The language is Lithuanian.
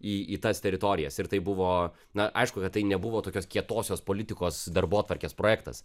į į tas teritorijas ir tai buvo na aišku kad tai nebuvo tokios kietosios politikos darbotvarkės projektas